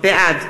בעד